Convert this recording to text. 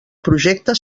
projecte